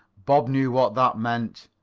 bob knew what that meant.